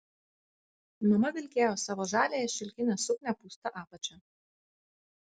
mama vilkėjo savo žaliąją šilkinę suknią pūsta apačia